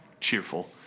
cheerful